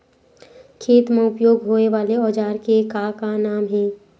खेत मा उपयोग होए वाले औजार के का नाम हे?